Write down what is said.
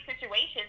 situations